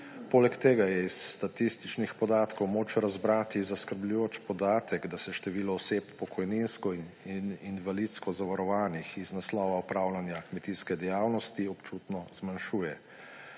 Poleg tega je iz statističnih podatkov moč razbrati zaskrbljujoč podatek, da se število pokojninsko in invalidsko zavarovanih oseb iz naslova opravljanja kmetijske dejavnosti občutno zmanjšuje.